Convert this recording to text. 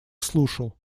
слушал